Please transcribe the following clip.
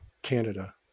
Canada